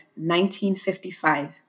1955